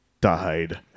died